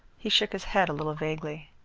he shook his head a little vaguely.